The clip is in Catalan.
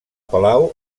palau